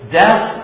death